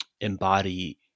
embody